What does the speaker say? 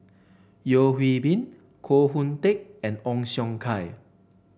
Yeo Hwee Bin Koh Hoon Teck and Ong Siong Kai